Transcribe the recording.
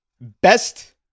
Best